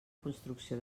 construcció